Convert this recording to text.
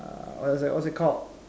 uh what that what's it called